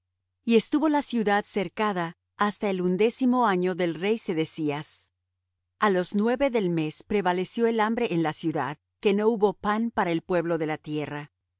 y estuvo la ciudad cercada hasta el undécimo año del rey sedecías a los nueve del mes prevaleció el hambre en la ciudad que no hubo pan para el pueblo de la tierra